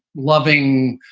loving,